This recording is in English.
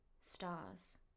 Stars